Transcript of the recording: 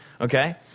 Okay